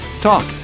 Talk